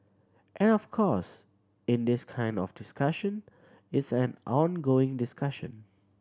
and of course in this kind of discussion it's an ongoing discussion